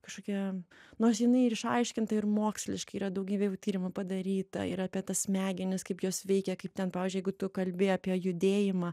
kažkokia nors jinai ir išaiškinta ir moksliškai yra daugybė tyrimų padaryta ir apie tas smegenis kaip jos veikia kaip ten pavyzdžiui jeigu tu kalbi apie judėjimą